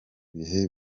bihe